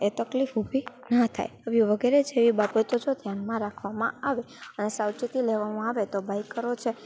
એ તકલીફ ઊભી ન થાય આવી વગેરે જેવી બાબતો જો ધ્યાનમાં રાખવામાં આવે અને સાવચેતી લેવામાં આવે તો બાઇકરો છે